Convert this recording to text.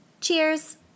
Cheers